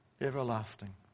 everlasting